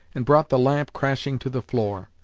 and brought the lamp crashing to the floor.